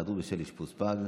היעדרות בשל אשפוז פג),